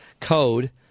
code